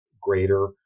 greater